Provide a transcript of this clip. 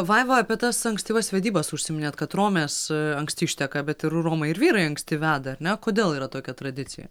vaiva apie tas ankstyvas vedybas užsiminėt kad romės anksti išteka bet ir romai ir vyrai anksti veda ar ne kodėl yra tokia tradicija